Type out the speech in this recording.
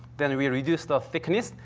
then we reduced the thickness.